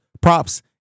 props